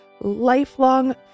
lifelong